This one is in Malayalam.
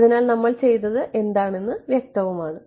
അതിനാൽ നമ്മൾ ചെയ്തത് എന്താണെന്ന് വ്യക്തമാണ്